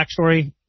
backstory